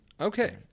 Okay